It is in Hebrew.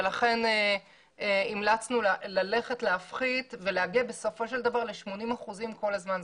ולכן המלצנו להפחית ולהגיע בסופו של דבר ל-80% כל הזמן.